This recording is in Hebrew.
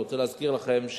אני רוצה להזכיר לכם,